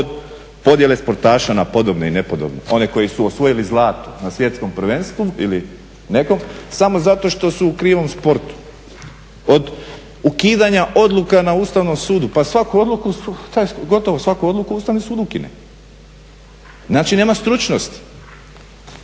od podjele sportaša na podobne i nepodobne, one koji su osvojili zlato na svjetskom prvenstvu ili nekom samo zato što su u krivom sportu, od ukidanja odluka na ustavnom sudu, pa svaku odluku, gotovo svaku odluku ustavni sud ukine. Znači nema stručnosti.